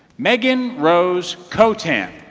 megan rose cotan